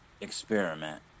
experiment